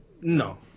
No